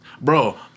Bro